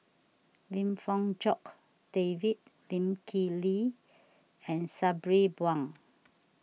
Lim Fong Jock David Lee Kip Lee and Sabri Buang